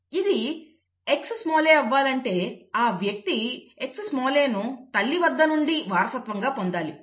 ఇది Xa అవ్వాలంటే ఆ వ్యక్తి Xaను తల్లి వద్ద నుండి వారసత్వంగా పొందాలి